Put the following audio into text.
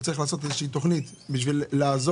צריך לעשות איזו שהיא תכנית בשביל לעזור